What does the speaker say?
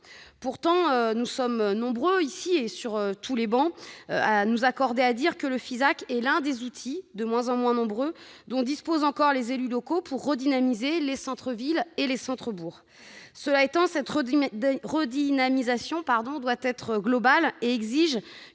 Pourtant, nous sommes nombreux ici et sur toutes les travées à nous accorder à dire que le FISAC est l'un des outils, de moins en moins nombreux, dont disposent encore les élus locaux pour redynamiser les centres-villes et les centres-bourgs. Cela étant, cette redynamisation doit être globale et exige